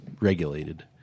regulated